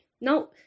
No